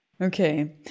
Okay